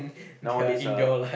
nowadays ah